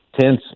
tense